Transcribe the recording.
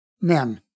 men